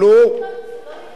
הם לא רוצים להתנדב למשטרה,